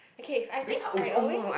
okay I think I always